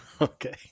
Okay